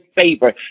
favor